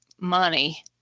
money